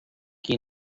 qui